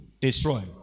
Destroy